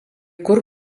kur